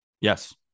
Yes